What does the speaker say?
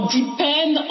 depend